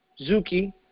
Zuki